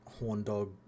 horndog